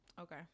Okay